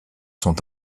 sont